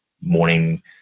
morning